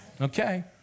Okay